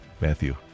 Matthew